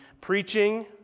preaching